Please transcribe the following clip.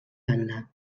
banda